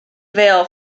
veil